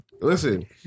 Listen